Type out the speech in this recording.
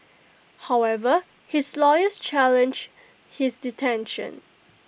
however his lawyers challenged his detention